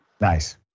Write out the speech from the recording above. Nice